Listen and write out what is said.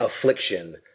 affliction